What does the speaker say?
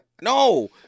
No